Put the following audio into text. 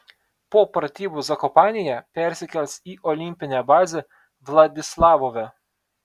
po pratybų zakopanėje persikels į olimpinę bazę vladislavove